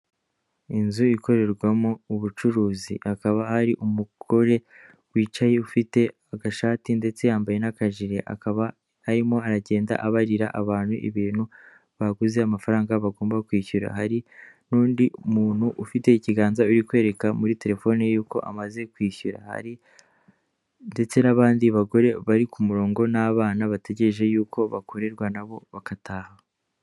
Inzu ikorerwamo ubucuruzi, akaba ari umugore wicaye ufite agashati ndetse yambaye n'aka jire akaba arimo aragenda abarira abantu ibintu baguze amafaranga bagomba kwishyura, hari n'undi muntu ufite ikiganza uri kwereka muri telefoni y'uko amaze kwishyura hari ndetse n'abandi bagore bari ku murongo n'abana bategereje yuko bakorerwa nabo bagataha.